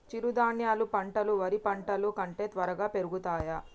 చిరుధాన్యాలు పంటలు వరి పంటలు కంటే త్వరగా పెరుగుతయా?